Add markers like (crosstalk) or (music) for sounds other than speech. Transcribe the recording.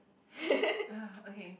(noise) ugh okay